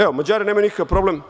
Evo, Mađari nemaju nikakav problem.